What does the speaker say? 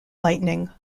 lightning